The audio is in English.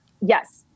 yes